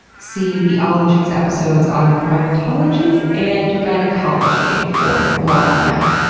see the ologies episodes on primatology and gynecology for more on that.